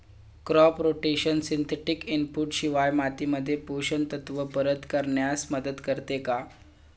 Crop rotation synthetic input शिवाय मातीमध्ये पोषक तत्त्व परत करण्यास मदत करते का?